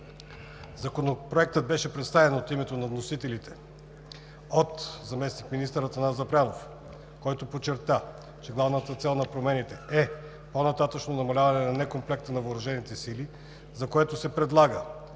Законопроектът беше представен от името на вносителите: заместник-министър Атанас Запрянов, който подчерта, че главната цел на промените е по-нататъшно намаляване на некомплекта на въоръжените сили, за което се предлага